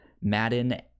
madden